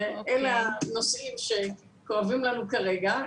אלה הנושאים שכואבים לנו כרגע.